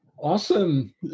Awesome